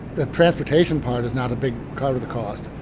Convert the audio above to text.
the transportation part is not a big cut of the cost.